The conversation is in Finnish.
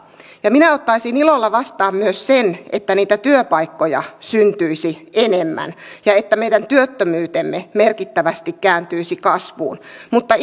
minä ottaisin ilolla vastaan myös sen että niitä työpaikkoja syntyisi enemmän ja että meidän työttömyytemme merkittävästi kääntyisi kasvuun mutta